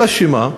אלא מה?